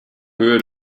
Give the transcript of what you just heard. höhe